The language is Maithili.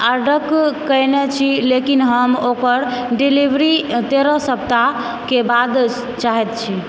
ऑर्डर कयने छी लेकिन हम ओकर डिलीवरी तेरह सप्ताहके बाद चाहैत छी